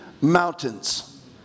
mountains